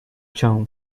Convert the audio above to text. term